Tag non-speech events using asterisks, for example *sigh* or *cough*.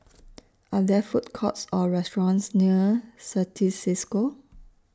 *noise* Are There Food Courts Or restaurants near Certis CISCO